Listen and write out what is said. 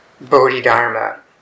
Bodhidharma